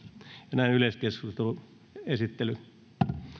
ja näin yleiskeskusteluun esittely